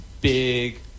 big